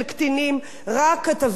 רק כתבי הרווחה,